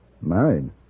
Married